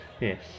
Yes